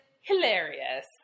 hilarious